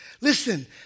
Listen